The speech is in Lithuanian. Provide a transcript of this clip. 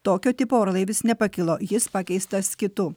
tokio tipo orlaivis nepakilo jis pakeistas kitu